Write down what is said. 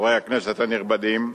חברי הכנסת הנכבדים,